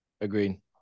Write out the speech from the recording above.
Agreed